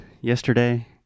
Yesterday